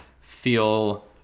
feel